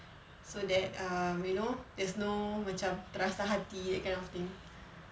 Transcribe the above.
so that um you know there's no macam terasa hati that kind of thing